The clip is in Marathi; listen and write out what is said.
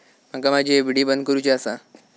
माका माझी एफ.डी बंद करुची आसा